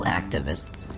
activists